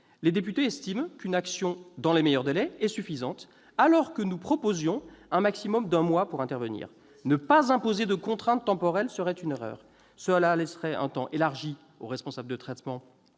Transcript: Les députés estiment qu'une action « dans les meilleurs délais » est suffisante, alors que nous proposions un maximum d'un mois pour intervenir. Ne pas imposer de contraintes temporelles serait une erreur. Cela laisserait un temps élargi aux responsables de traitement